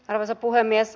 arvoisa puhemies